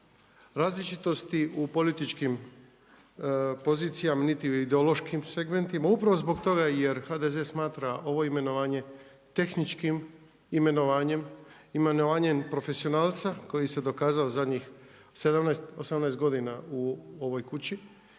različitosti u političkim pozicijama niti u ideološkim segmentima upravo zbog toga jer HDZ smatra ovo imenovanje tehničkim imenovanjem, imenovanjem profesionalca koji se dokazao zadnjih 17, 18 godina u ovoj kući,